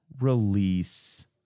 release